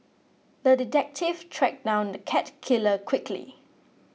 the detective tracked down the cat killer quickly